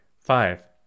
Five